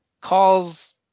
calls